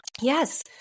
Yes